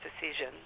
decision